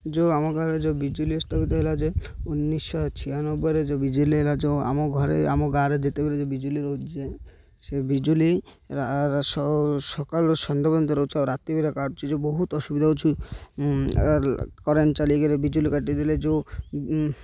ଯେଉଁ ଆମ ଗାଁରେ ଯେଉଁ ବିଜୁଳି ହେଲା ଯେ ଉଣେଇଶି ଶହ ଛୟାନବେରେ ଯେଉଁ ବିଜୁଳି ହେଲା ଯେଉଁ ଆମ ଘରେ ଆମ ଗାଁରେ ଯେତେବେଳେ ଯେଉଁ ବିଜୁଳି ରହୁଛି ଯେ ସେ ବିଜୁଳି ସକାଲୁ ସଂଧ୍ୟା ପର୍ଯ୍ୟନ୍ତ ରହୁଛି ଆଉ ରାତିିବେଳେ କାଟୁଛି ଯେଉଁ ବହୁତ ଅସୁବିଧା ହଉଛି କରେଣ୍ଟ ଚାଲିଗଲେ ବିଜୁଳି କାଟିଦେଲେ ଯେଉଁ